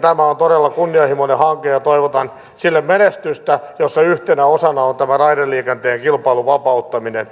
tämä on todella kunnianhimoinen hanke ja toivotan sille menestystä jossa yhtenä osana on tämä raideliikenteen kilpailun vapauttaminen